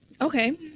Okay